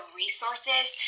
resources